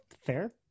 Fair